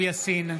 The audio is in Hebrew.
יאסין,